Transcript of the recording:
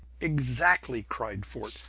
exactly! cried fort,